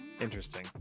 interesting